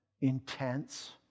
intense